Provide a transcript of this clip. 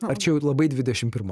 ar čia jau labai dvidešim pirmo